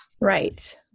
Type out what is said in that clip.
Right